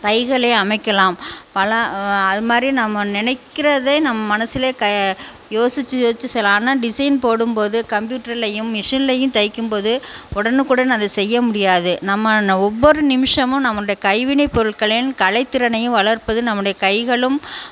பைகளை அமைக்கலாம் பல அது மாதிரி நம்ம நினைக்கிறதே நம் மனதிலே க யோசிச்சு யோசிச்சு சொல்லலாம் ஆனால் டிஸைன் போடும்போது கம்ப்யூட்டர்லேயும் மிஷின்லேயும் தைக்கும்போது உடனுக்குடன் அது செய்யமுடியாது நம்ம ந ஒவ்வொரு நிமிஷமும் நம்மளுடைய கைவினைப் பொருள்களின் கலைத்திறனையும் வளர்ப்பது நம்முடைய கைகளும்